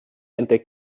entdeckt